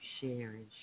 sharing